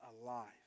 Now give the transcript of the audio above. alive